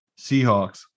Seahawks